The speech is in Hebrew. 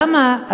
למה,